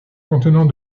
contenant